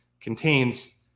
contains